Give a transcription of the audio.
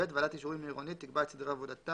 (ב) ועדת אישורים עירונית תקבע את סדרי עבודתה,